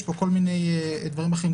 יש פה כל מיני דברים אחרים.